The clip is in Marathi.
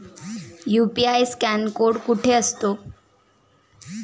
यु.पी.आय स्कॅन कोड कुठे असतो?